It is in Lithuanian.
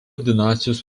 dinastijos